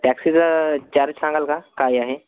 टॅक्सीचा charge सांगाल का काय आहे